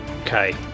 Okay